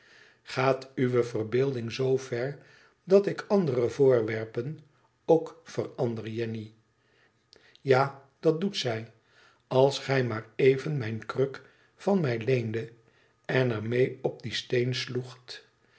tgaat uwe verbeelding zoo ver dat ik andere voorwerpen ook verander jenny ja dat doet zij als gij maar even mijne kruk van mij leendet en er mee op dien